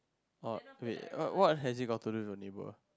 orh wait what has it got to do with your neighbour